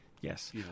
Yes